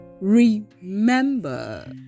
remember